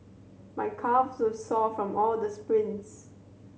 my calves is sore from all the sprints